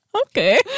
Okay